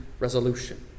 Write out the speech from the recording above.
Resolution